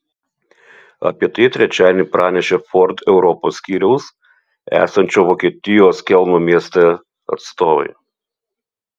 apie tai trečiadienį pranešė ford europos skyriaus esančio vokietijos kelno mieste atstovai